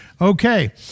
Okay